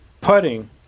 putting